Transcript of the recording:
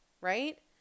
right